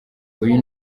uyu